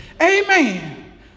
Amen